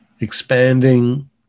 expanding